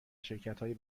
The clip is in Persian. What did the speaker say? شرکتهای